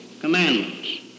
commandments